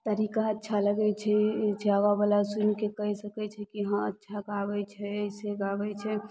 तरीका अच्छा लगै छै छै आगाँवला सुनिके कहि सकै छै कि हाँ अच्छा गाबै छै अइसे गाबै छै